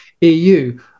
EU